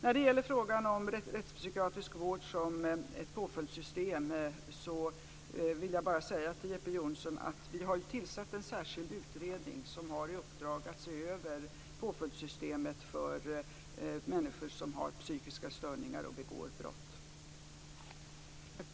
När det gäller frågan om rättspsykiatrisk vård som en del i ett påföljdssystem vill jag bara säga till Jeppe Johnsson att vi har tillsatt en särskild utredning som har att se över påföljdssystemet för människor som har psykiska störningar och begår brott.